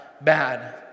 bad